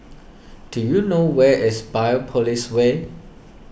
do you know where is Biopolis Way